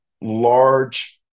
large